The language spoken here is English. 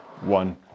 one